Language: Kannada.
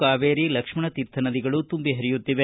ಕಾವೇರಿ ಲಕ್ಷ್ಮಣತೀರ್ಥ ನದಿಗಳು ತುಂಬಿ ಹರಿಯುತ್ತಿದೆ